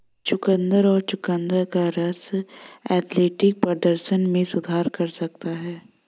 चुकंदर और चुकंदर का रस एथलेटिक प्रदर्शन में सुधार कर सकता है